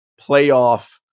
playoff